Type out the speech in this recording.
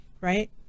right